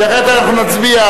אחרת אנחנו נצביע.